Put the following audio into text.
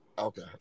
Okay